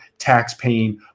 taxpaying